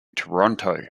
toronto